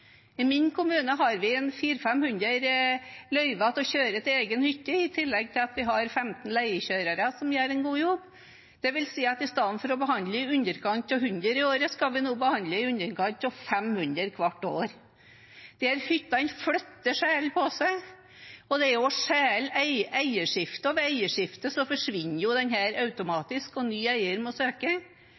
I min kommune har vi 400–500 løyver til å kjøre til egen hytte, i tillegg til at vi har 15 leiekjørere, som gjør en god jobb. Det vil si at i stedet for å behandle i underkant av 100 kjøreløyver, skal vi nå behandle i underkant av 500 hvert år. Disse hyttene flytter sjelden på seg. Det er sjelden eierskifte, og ved eierskifte forsvinner dette automatisk, og ny eier må søke.